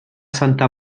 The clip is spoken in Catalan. santa